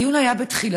הדיון היה בתחילתו,